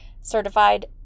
certified